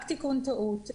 רק תיקון טעות.